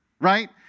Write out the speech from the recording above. right